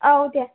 औ दे